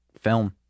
film